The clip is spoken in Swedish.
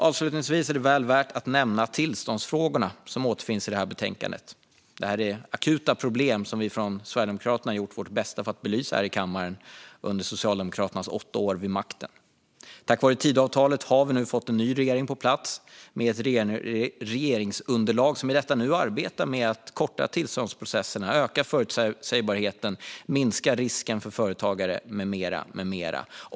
Avslutningsvis är det värt att nämna tillståndsfrågorna, som återfinns i betänkandet. Det är akuta problem som Sverigedemokraterna har gjort vårt bästa för att belysa här i kammaren under Socialdemokraternas åtta år vid makten. Tack vare Tidöavtalet har vi fått en ny regering på plats, med ett regeringsunderlag som i detta nu arbetar med att korta tillståndsprocesserna, öka förutsägbarheten, minska risken för företagare med mera.